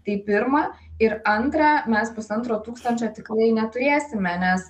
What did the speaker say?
tai pirma ir antra mes pusantro tūkstančio tikrai neturėsime nes